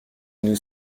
nous